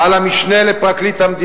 מופצים איומים ברצח על המשנה לפרקליט המדינה,